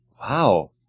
Wow